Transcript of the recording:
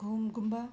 घुम गुम्बा